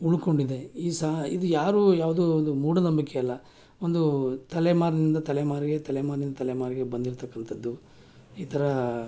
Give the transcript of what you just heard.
ಉಳ್ಕೊಂಡಿದೆ ಈ ಸಹ ಇದು ಯಾರು ಯಾವುದು ಒಂದು ಮೂಢನಂಬಿಕೆ ಅಲ್ಲ ಒಂದು ತಲೆಮಾರಿನಿಂದ ತಲೆಮಾರಿಗೆ ತಲೆಮಾರಿನಿಂದ ತಲೆಮಾರಿಗೆ ಬಂದಿರ್ತಕಂಥದ್ದು ಈ ಥರ